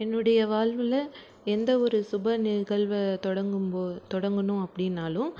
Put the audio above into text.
என்னுடைய வாழ்வில் எந்த ஒரு சுபநிகழ்வை தொடங்கும்போ தொடங்கணும் அப்படின்னாலும்